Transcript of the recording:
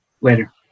later